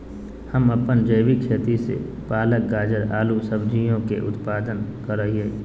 हम अपन जैविक खेती से पालक, गाजर, आलू सजियों के उत्पादन करा हियई